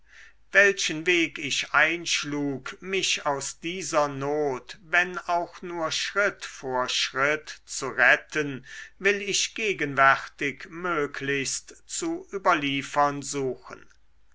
welchen weg ich einschlug mich aus dieser not wenn auch nur schritt vor schritt zu retten will ich gegenwärtig möglichst zu überliefern suchen